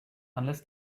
unless